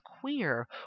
queer